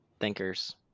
thinkers